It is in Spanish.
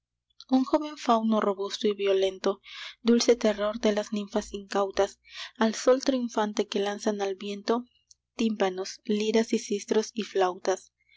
un joven fauno robusto y violento dulce terror de las ninfas incautas al son triunfante que lanzan al viento tímpanos liras y sistros y flautas